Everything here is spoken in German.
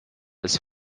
ist